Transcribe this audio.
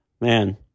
man